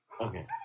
Okay